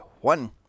one